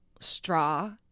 straw